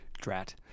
Drat